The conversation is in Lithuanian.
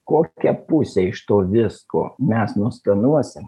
kokią pusę iš to visko mes nuskenuosim